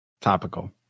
Topical